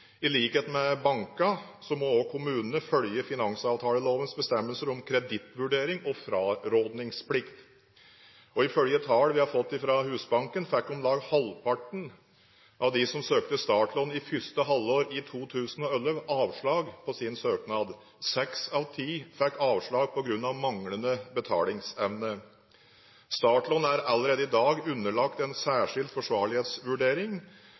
I likhet med bankene må også kommunene følge finansavtalelovens bestemmelser om kredittvurdering, og frarådningsplikt. Ifølge tall vi har fått fra Husbanken, fikk om lag halvparten av de som søkte startlån i første halvår i 2011, avslag på sin søknad. Seks av ti fikk avslag på grunn av manglende betalingsevne. Startlån er allerede i dag underlagt en særskilt forsvarlighetsvurdering.